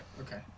Okay